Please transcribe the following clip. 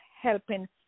helping